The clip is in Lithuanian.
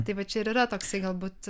tai va čia ir yra toksai galbūt